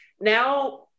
now